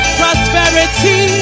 prosperity